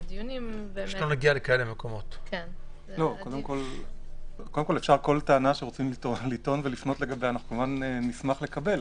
אפשר לטעון כל טענה, ונשמח לקבל.